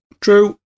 True